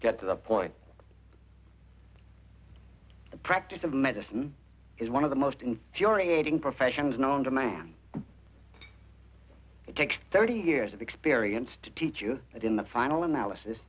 get to the point the practice of medicine is one of the most infuriating professions known to man it takes thirty years of experience to teach you that in the final analysis